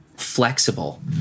flexible